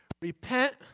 Repent